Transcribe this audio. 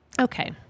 Okay